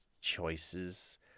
choices